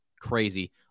Crazy